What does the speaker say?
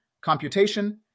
computation